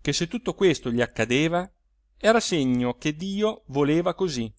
che se tutto questo gli accadeva era segno che dio voleva così